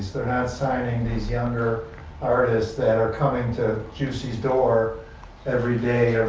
they're not signing these younger artists that are coming to juicy's door every day,